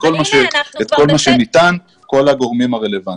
אנחנו עושים את כל מה שניתן יחד עם כל הגורמים הרלוונטיים.